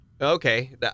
Okay